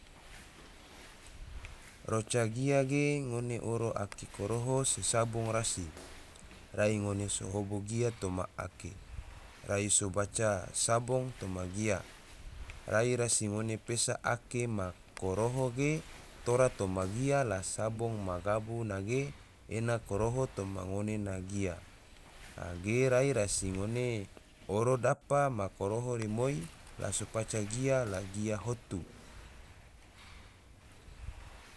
Roca gia ge, ngone oro ake koroho se sabong rasi, rai ngone so hobo gia toma ake, rai so baca sabong toma gia, rai rasi ngone pesa ake ma koroho ge tora toma gia, la sabong ma gabu nage ena koroho toma ngone na gia, angge rai rasi ngone oro dapa ma koroho rimoi la so paca gia la gia hotu